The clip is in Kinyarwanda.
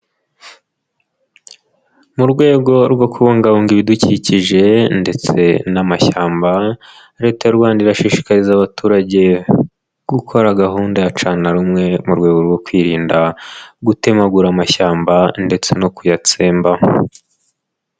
Mu rwego rwo kubungabunga ibidukikije ndetse n'amashyamba, Leta y'u Rwanda irashishikariza abaturage gukora gahunda ya cana rumwe mu rwego rwo kwirinda gutemagura amashyamba ndetse no kuyatsembaho.